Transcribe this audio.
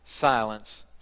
Silence